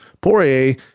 Poirier